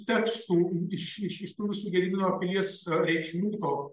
tekstų iš iš iš tų visų gedimino pilies reikšmių to